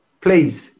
please